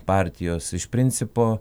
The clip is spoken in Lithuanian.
partijos iš principo